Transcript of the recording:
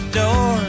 door